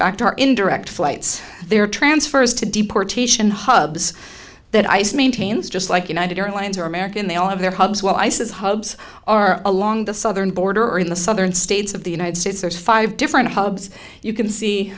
fact are in direct flights there are transfers to deportation hubs that ice maintains just like united airlines or american they all have their hubs well i says hubs are along the southern border in the southern states of the united states there are five different hubs you can see